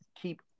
keep